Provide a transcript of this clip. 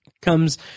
comes